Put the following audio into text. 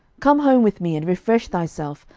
come home with me, and refresh thyself,